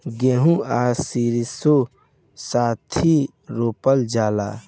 गेंहू आ सरीसों साथेही रोपल जाला